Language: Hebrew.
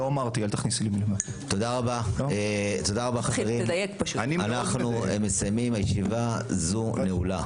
תודה רבה חברים, ישיבה זו נעולה.